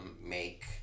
make